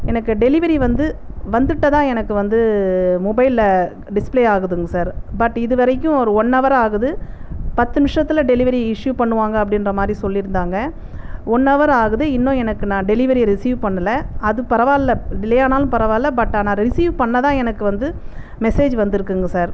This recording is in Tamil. எனக்கு டெலிவரி வந்து வந்துவிட்டதா எனக்கு வந்து மொபைலில் டிஸ்ப்ளே ஆகுதுங்க சார் பட் இதுவரைக்கும் ஒரு ஒன் ஹவர் ஆகுது பத்து நிமிஷத்தில் டெலிவரி இஸ்யூ பண்ணுவாங்க அப்படின்ற மாதிரி சொல்லியிருந்தாங்க ஒன் ஹவர் ஆகுது இன்னும் எனக்கு நான் டெலிவரி ரிஸீவ் பண்ணலை அது பரவாயில்ல டிலே ஆனாலும் பரவாயில்ல பட் ஆனால் ரிஸீவ் பண்ணதாக எனக்கு வந்து மெசேஜ் வந்திருக்குங்க சார்